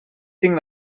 tinc